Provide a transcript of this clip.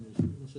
משה